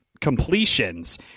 completions